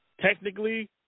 technically